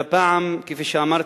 והפעם, כפי שאמרתי,